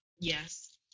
Yes